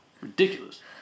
ridiculous